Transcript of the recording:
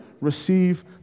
receive